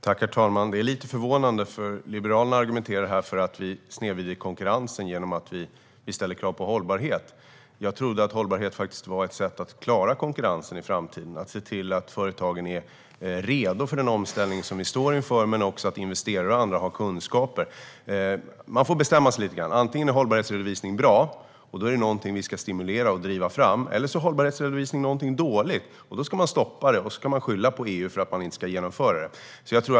Herr talman! Det är lite förvånande att Liberalerna här kommer med argumentet att vi snedvrider konkurrensen genom att ställa krav på hållbarhet. Jag trodde att hållbarhet faktiskt var ett sätt att klara konkurrensen i framtiden - att se till att företagen är redo inför den omställning som vi står inför och att investerare och andra ska ha kunskaper. Man får bestämma sig: Antingen är hållbarhetsredovisning bra, och då är det något vi ska stimulera och driva fram, eller så är det något dåligt, och då ska man stoppa det och skylla på EU för att inte genomföra det.